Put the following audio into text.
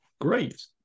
Great